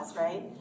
right